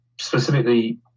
specifically